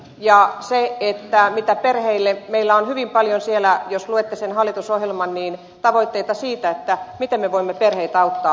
ja mitä on luvassa perheille niin meillä on hyvin paljon siellä jos luette sen hallitusohjelman tavoitteita siitä miten me voimme perheitä auttaa